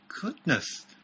goodness